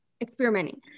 experimenting